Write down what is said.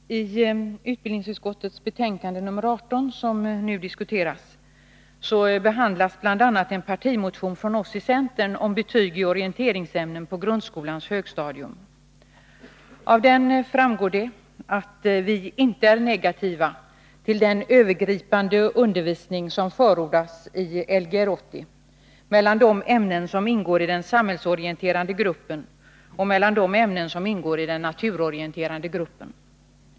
Herr talman! I utbildningsutskottets betänkande nr 18, som nu diskuteras, behandlas bl.a. en partimotion från oss i centern om betyg i orienteringsämnen på grundskolans högstadium. Av denna framgår att vi inte är negativa till den övergripande undervisning som i Lgr 80 förordas när det gäller de ämnen som ingår i den samhällsorienterande gruppen och de som ingår i den naturorienterande gruppen.